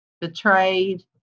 betrayed